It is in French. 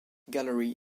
gallery